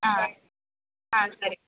ಹಾಂ ಹಾಂ ಸರಿ